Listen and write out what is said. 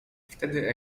wtedy